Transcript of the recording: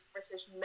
British